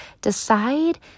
decide